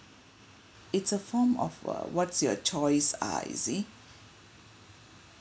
it's a form of uh what's your choice ah you see